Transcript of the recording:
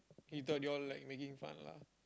he thought you all like making fun lah